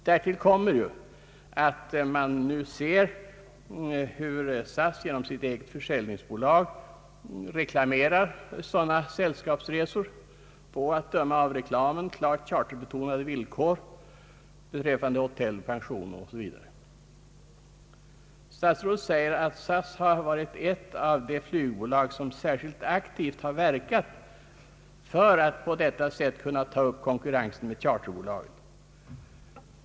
Därtill kommer att SAS genom sitt eget försäljningsbolag gör reklam för sådana sällskapsresor på, att döma av reklamen, klart charterbetonade villkor beträffande hotell, pension 0. S. V. Statsrådet säger att SAS har varit ett av de flygbolag som särskilt aktivt har verkat för att på detta sätt kunna ta upp konkurrensen med charterbolagen.